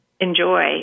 enjoy